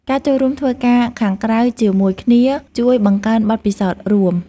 ការចូលរួមធ្វើការខាងក្រៅជាមួយគ្នាជួយបង្កើនបទពិសោធន៍រួម។